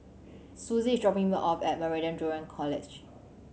Suzy is dropping me off at Meridian Junior College